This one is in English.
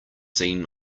seen